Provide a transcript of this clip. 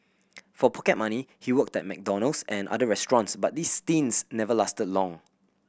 for pocket money he worked at McDonald's and other restaurants but these stints never lasted long